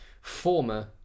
former